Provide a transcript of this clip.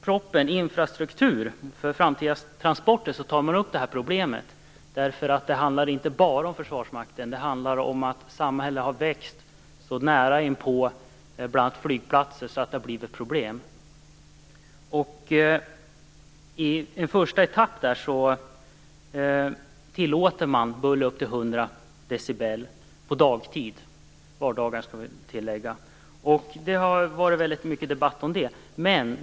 Propositionen Infrastruktur för framtida transporter tar upp bullerproblemet. Det handlar inte bara om Försvarsmakten, utan det handlar också om att samhället har vuxit sig så nära inpå flygplatser att bullret har blivit ett problem. I en första etapp tillåts buller upp till 100 decibel under dagtid på vardagar. Det har varit mycket debatt om detta.